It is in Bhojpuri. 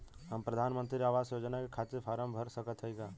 हम प्रधान मंत्री आवास योजना के खातिर फारम भर सकत हयी का?